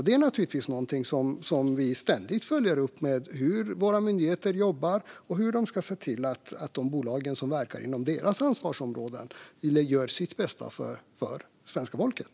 Det är naturligtvis något som vi ständigt följer upp - hur våra myndigheter jobbar och hur de ska se till att de bolag som verkar inom deras ansvarsområden gör sitt bästa för svenska folket.